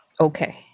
Okay